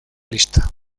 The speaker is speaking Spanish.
lista